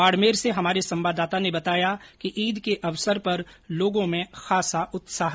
बाडमेर से हमारे संवाददाता ने बताया कि ईद के अवसर पर लोगों में खासा उत्साह है